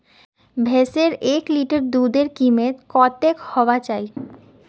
भैंसेर एक लीटर दूधेर कीमत कतेक होना चही?